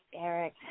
Eric